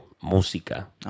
música